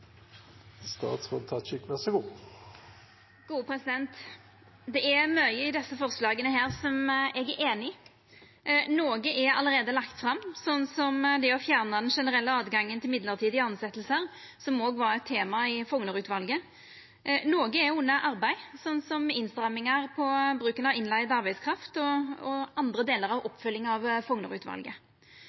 forslaga som eg er einig i. Noko er allereie lagt fram, slik som det å fjerna den generelle tilgangen til å bruka mellombelse tilsetjingar, som òg var eit tema i Fougner-utvalet. Noko er under arbeid, slik som innstrammingar i bruken av innleigd arbeidskraft og andre delar av oppfølginga av